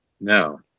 No